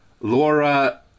Laura